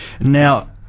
Now